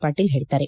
ಪಾಟೀಲ್ ಹೇಳಿದ್ದಾರೆ